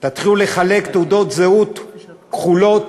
תתחילו לחלק תעודות זהות כחולות